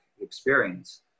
experience